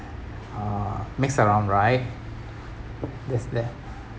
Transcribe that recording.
uh mix around right this there